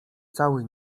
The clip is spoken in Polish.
cały